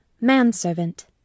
manservant